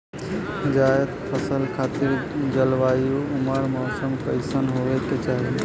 जायद फसल खातिर जलवायु अउर मौसम कइसन होवे के चाही?